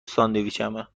ساندویچمه